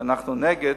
שאנחנו נגד,